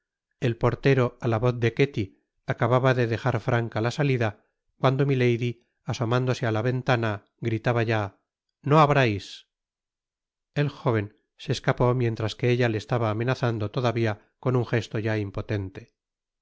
el portero á la voz de ketty acababa de dejar franca la salida cuando milady asomándose á la ventana gritaba ya no abrais el jóven se escapó mientras que elta le estaba amenazando todavia con un jesto ya impotente